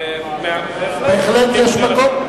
בהחלט יש מקום.